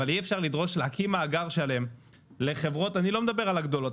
אבל אי-אפשר להקים מאגר שלם לחברות אני לא מדבר על הגדולות,